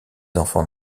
enfants